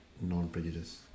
non-prejudice